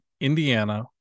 Indiana